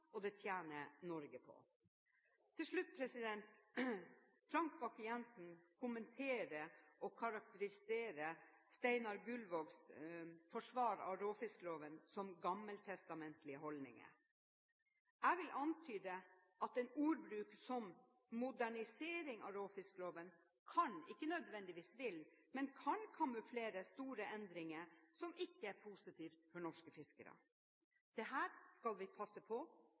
og det tjener Norge på. Til slutt: Frank Bakke-Jensen kommenterer og karakteriserer Steinar Gullvågs forsvar av råfiskloven som gammeltestamentlige holdninger. Jeg vil antyde at en ordbruk som modernisering av råfiskloven kan – ikke nødvendigvis vil – kamuflere store endringer som ikke er positive for norske fiskere. Dette skal vi passe på.